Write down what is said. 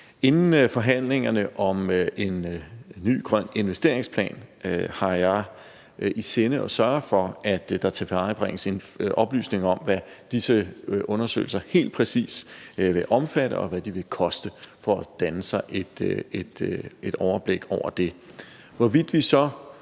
Inden forhandlingerne om en ny grøn investeringsplan har jeg i sinde at sørge for, at der tilvejebringes oplysning om, hvad disse undersøgelser helt præcist vil omfatte, og hvad de vil koste, for at vi kan danne os et overblik over det.